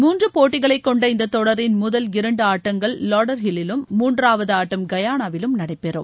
மூன்று போட்டிகளைக்கொண்ட இந்தத் தொடரின் முதல் இரண்டு ஆட்டங்கள் வாடர்ஹில் விலும் மூன்றாவது ஆட்டம் கயானாவிலும் நடைபெறும்